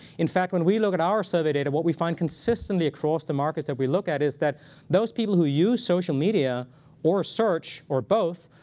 in fact, when we look at our survey data, what we find consistently across the markets that we look at is that those people who use social media or search, or both,